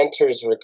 enters